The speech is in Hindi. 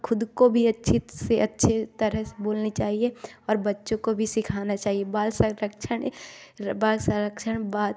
ख़ुद को भी अच्छी से अच्छी तरेह से बोलनी चाहिए और बच्चों को भी सीखाना चाहिए बाल संरक्षण बाल संरक्षण बात